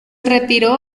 retiró